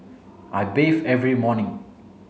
I bathe every morning